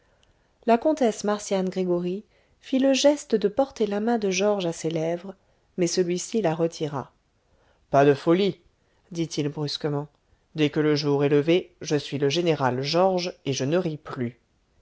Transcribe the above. la comtesse marcian gregoryi fit le geste de porter la main de georges à ses lèvres mais celui-ci la retira pas de folie dit-il brusquement dès que le jour est levé je suis le général georges et je ne ris plus